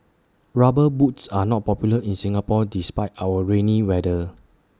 rubber boots are not popular in Singapore despite our rainy weather